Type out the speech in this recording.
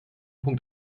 punkt